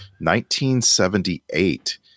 1978